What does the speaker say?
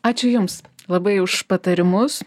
ačiū jums labai už patarimus